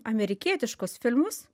amerikietiškus filmus